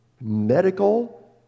medical